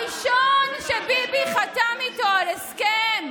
הראשון שביבי חתם איתו על הסכם,